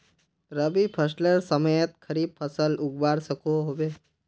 रवि फसलेर समयेत खरीफ फसल उगवार सकोहो होबे?